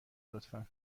لطفا